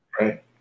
Right